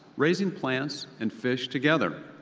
raising plants and fish together.